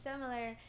similar